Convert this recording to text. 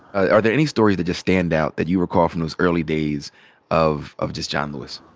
are there any stories that just stand out that you recall from those early days of of just john lewis?